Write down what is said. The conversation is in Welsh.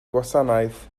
gwasanaeth